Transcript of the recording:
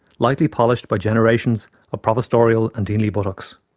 lightly polished by generations of provostorial and deanly buttocks.